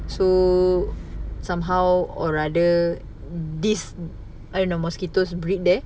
so somehow or rather this I don't know mosquitoes breed there